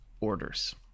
orders